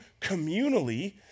communally